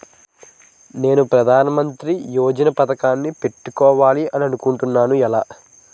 నేను ప్రధానమంత్రి యోజన పథకానికి పెట్టుకోవాలి అనుకుంటున్నా ఎలా?